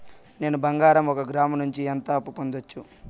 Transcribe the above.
నేను బంగారం ఒక గ్రాము నుంచి ఎంత అప్పు పొందొచ్చు